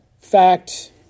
fact